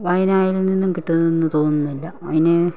വായനയിൽ നിന്നും കിട്ടുമെന്ന് തോന്നുന്നില്ല അതിന്